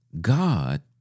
God